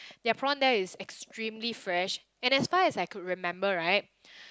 their prawn there is extremely fresh and as far as I could remember right